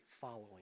following